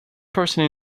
person